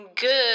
Good